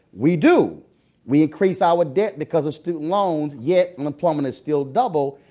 we do we increase our debt because of student loans yet unemployment is still double.